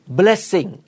blessing